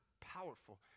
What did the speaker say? powerful